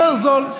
יותר זול.